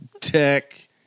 tech